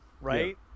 Right